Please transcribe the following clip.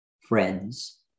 friends